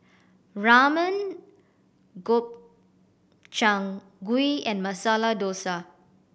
Ramen Gobchang Gui and Masala Dosa